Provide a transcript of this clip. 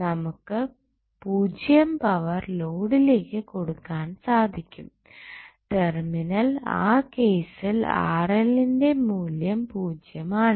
നമുക്ക് 0 പവർ ലോഡിലേക്ക് കൊടുക്കാൻ സാധിക്കും കാരണം ആ കേസിൽ R ന്റെ മൂല്യം 0 ആണ്